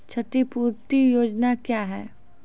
क्षतिपूरती योजना क्या हैं?